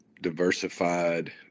diversified